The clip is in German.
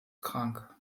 krank